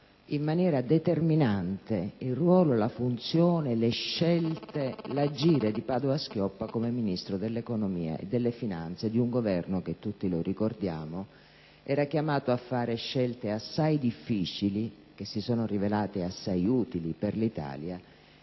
in maniera determinante il ruolo, la funzione, le scelte e l'agire di Padoa-Schioppa come Ministro dell'economia e delle finanze di un Governo che - tutti lo ricordiamo - era chiamato a fare scelte assai difficili, che si sono rivelate assai utili per l'Italia